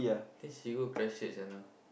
think she go crush shirt just now